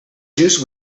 juice